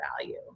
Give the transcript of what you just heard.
value